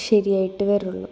ശരിയായിട്ട് വരുള്ളു